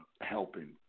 helping